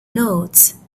notes